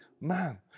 man